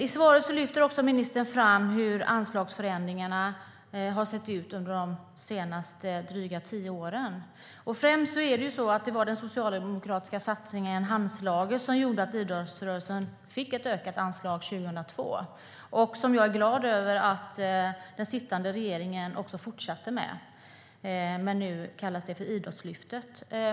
I svaret lyfter ministern också fram hur anslagsförändringarna har sett ut under de senaste dryga tio åren. Det var främst den socialdemokratiska satsningen Handslaget som gjorde att idrottsrörelsen fick ett ökat anslag 2002. Jag är glad över att den sittande regeringen fortsatte med det, men nu kallas det för Idrottslyftet.